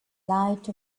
light